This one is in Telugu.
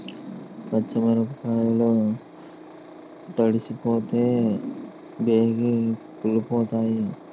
పచ్చి మిరపకాయలు తడిసిపోతే బేగి కుళ్ళిపోతాయి